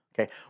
okay